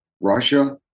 Russia